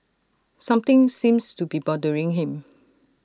something seems to be bothering him